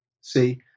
see